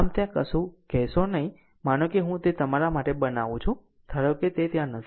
આમ ત્યાં કશું કહેશો નહીં માનો કે હું તે તમારા માટે બનાવું છું ધારો કે તે ત્યાં નથી